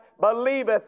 believeth